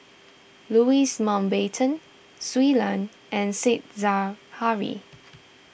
Louis Mountbatten Shui Lan and Said Zahari